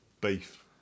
Beef